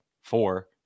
four